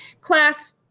class